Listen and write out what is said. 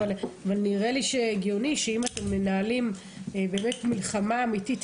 אבל נראה לי שהגיוני שאם אתם מנהלים מלחמה אמיתית,